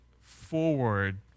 forward